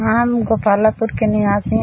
हम गोपालापुर के निवासी हैं